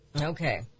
Okay